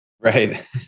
Right